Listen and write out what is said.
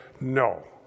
no